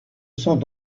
sont